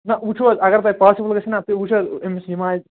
نہٕ وُچھِو حظ اگر تۄہہِ پاسِبُل گَژھِو نا تُہۍ وُچھِو حظ أمِس یہِ ما آسہِ